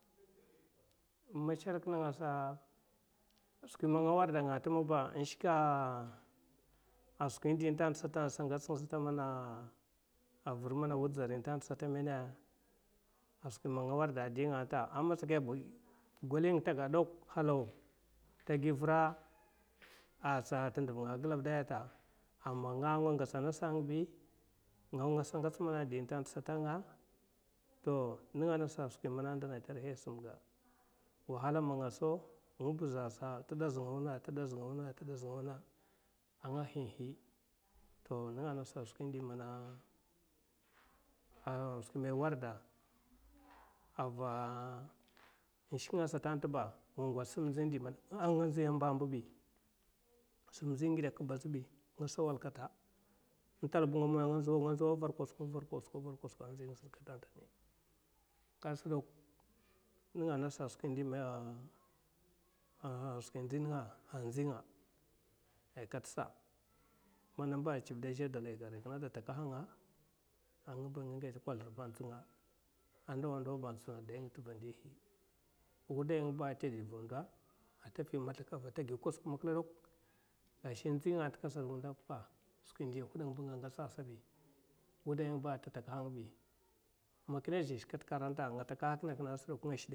M'shelek nenga asa skwi man nga rikda atanta nshke skwi di n'tanta awud dzari avur sata a skwi man nga rikda adi nga amatsakiya ab golinga ta gwad dok amatsa te ndav nga a glavday ata, amana ngasa ngatsa ngasa a ngabay nenga ade man a ndena a tarihi asam ga, wahala man nga sau te daznga awuna te daz nga awuna a nga hihi, to nenga'a nasa a skwi man ye rikda, ava a nshke asata nta ba nga ngost sum ndzi amba amba bi, sum ndzi nga ngide azèay ntal man nga ndzau avar kosuka avar kosuka, kase ɓok nenga'a ngasa a skwi sum ndzi nga, ai kat sa man ba man chiviɓ azhe dalay ga arai kine gada takahanga, anga ba a nga ngache kozlur. a ndohi ba atatsina dayi nga, wuday nga ba atade ava ndo ata pi mazlaka ava ata gi kosuk, gashi andzi nga aranta, skwi ndi ahud nga ab nga ngatsa asabay wuday nga ba ta takahanga bi, man kine za shke aranta nga takaha kine a kine gaɓ sa nga shide giɓ.